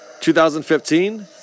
2015